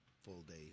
full-day